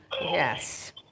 Yes